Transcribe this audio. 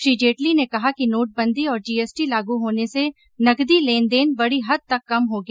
श्री जेटली ने कहा कि नोटबंदी और जीएसटी लागू होने से नगदी लेन देन बड़ी हद तक कम हो गया